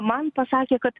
man pasakė kad